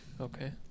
Okay